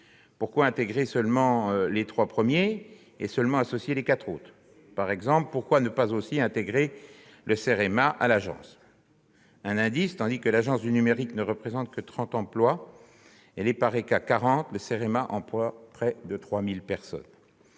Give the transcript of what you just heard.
Pourquoi intégrer uniquement les trois premiers établissements et seulement associer les quatre autres ? Par exemple, pourquoi ne pas également intégrer le CEREMA à l'agence ? Un indice : tandis que l'Agence du numérique ne représente que 30 emplois et l'EPARECA 40, le CEREMA emploie près de 3 000 personnes.